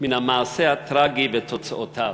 מן המעשה הטרגי ותוצאותיו.